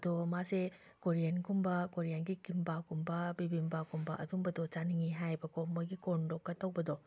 ꯑꯗꯣ ꯃꯥꯁꯦ ꯀꯣꯔꯤꯌꯟꯒꯤꯒꯨꯝꯕ ꯀꯣꯔꯤꯌꯟꯒꯤ ꯀꯤꯝꯕꯥꯞꯀꯨꯝꯕ ꯕꯤꯕꯤꯝꯕꯥꯞꯀꯨꯝꯕ ꯑꯗꯨꯝꯕꯗꯣ ꯆꯥꯅꯤꯡꯉꯤ ꯍꯥꯏꯌꯦꯕꯀꯣ ꯃꯣꯏꯒꯤ ꯀꯣꯔꯟꯗꯣꯛꯀ ꯇꯧꯕꯗꯣ